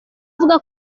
avuga